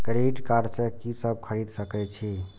Credit card से की सब खरीद सकें छी?